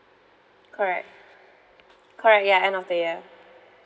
correct correct ya end of the year